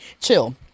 chill